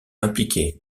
impliqué